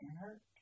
hurt